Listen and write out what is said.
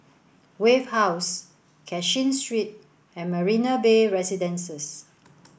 Wave House Cashin Street and Marina Bay Residences